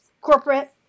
corporate